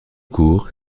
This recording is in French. court